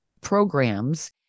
programs